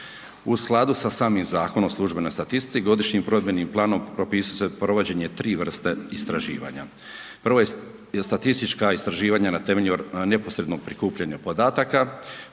U skladu sa samim Zakonom o službenoj statistici, godišnjim provedbenim planom propisuje se provođenje tri vrste istraživanja. Prva statistička istraživanja na temelju neposrednog prikupljanja podataka,